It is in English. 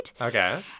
Okay